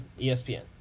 ESPN